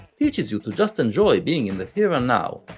teaches you to just enjoy being in the here and now,